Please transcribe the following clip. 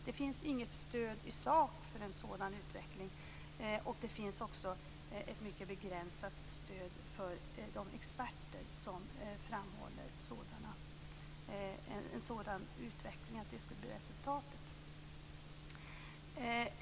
Det finns inget stöd i sak för en sådan utveckling, och det finns ett mycket begränsat stöd för de experter som framhåller att resultatet skulle bli en sådan utveckling.